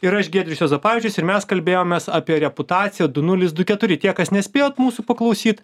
ir aš giedrius juozapavičius ir mes kalbėjomės apie reputaciją du nulis du keturi tie kas nespėjot mūsų paklausyt